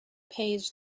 pays